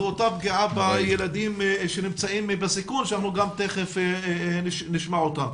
זו אותה הפגיעה בילדים שנמצאים בסיכון ותיכף נשמע אותם.